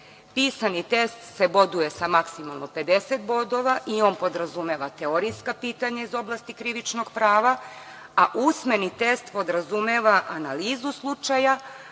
Pisani test se boduje sa maksimalno 50 bodova i on podrazumeva teorijska pitanja iz oblasti krivičnog prava, a usmeni test podrazumeva analizu slučaja,